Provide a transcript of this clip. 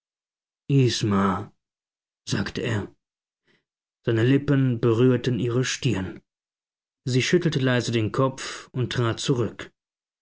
sagte er seine lippen berührten ihre stirn sie schüttelte leise den kopf und trat zurück